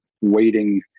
waiting